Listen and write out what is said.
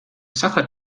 sacher